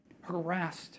harassed